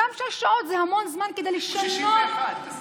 גם שש שעות זה המון זמן כדי לשנות, 61, תשיגו.